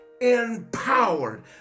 empowered